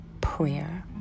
prayer